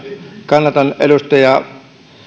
kannatan edustaja